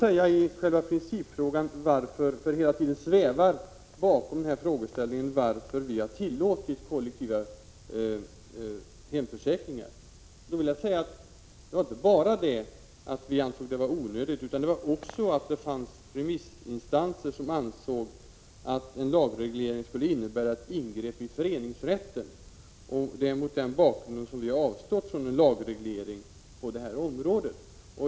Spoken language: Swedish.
När det gäller principfrågan varför vi har tillåtit kollektiva hemförsäkringar vill jag säga att det inte bara var så att vi ansåg det vara onödigt med en reglering i lag, utan det fanns också remissinstanser som ansåg att en sådan skulle innebära ett ingrepp i föreningsrätten. Det är mot den bakgrunden som vi har avstått från en lagreglering på detta område.